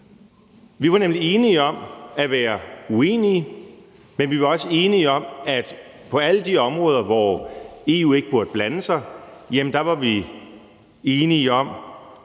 Vi var nemlig enige om at være uenige, men vi var også enige om, at på alle de områder, hvor EU ikke burde blande sig, stemte vi nej.